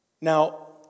Now